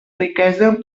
riquesa